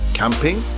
camping